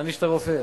להעניש את הרופא.